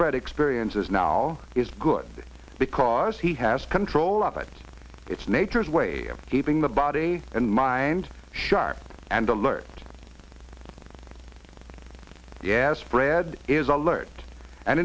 fred experiences now is good because he has control of it it's nature's way of keeping the body and mind sharp and alert the air spread is alert and